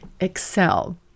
excel